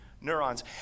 neurons